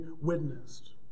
witnessed